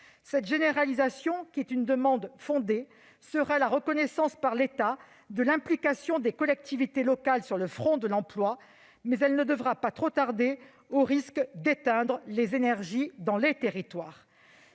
telle généralisation, qui est une demande fondée, sera la reconnaissance par l'État de l'implication des collectivités locales sur le front de l'emploi. Elle ne devra pas trop tarder, au risque d'éteindre les énergies dans les territoires.